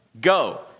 Go